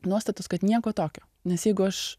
nuostatos kad nieko tokio nes jeigu aš